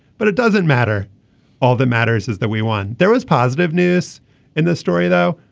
but it doesn't matter all that matters is that we won. there was positive news in this story though.